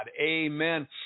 amen